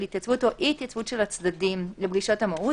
התייצבות או אי-התייצבות של הצדדים לפגישות המהו"ת,